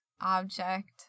object